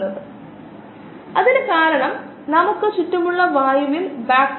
module 2 biomass സെല്ലുകൾbiomass bio പ്രൊഡക്റ്റുകൾ എന്നിവയിൽ തുടരാം